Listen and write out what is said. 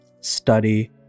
study